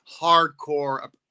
hardcore